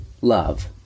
love